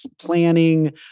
planning